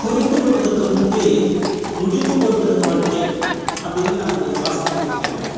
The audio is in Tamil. புரிந்துக்கொள்வதற்கு முன்பே முடிந்து போகிறது வாழ்க்கை அப்படின்னு நான் ஒரு வாசகம் எழுதிருக்கேன்